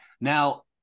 Now